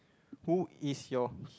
who is your